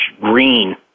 green